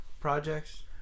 projects